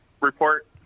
report